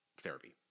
therapy